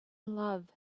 love